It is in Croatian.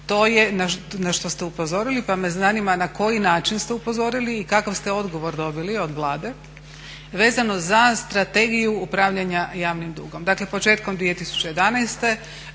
to je, na što ste upozorili, pa me zanima na koji način ste upozorili i kakav ste odgovor dobili od Vlade vezano za Stragegiju upravljanja javnim dugom. Dakle početkom 2011.